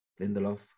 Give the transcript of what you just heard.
Lindelof